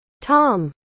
Tom